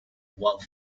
while